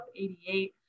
88